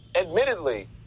admittedly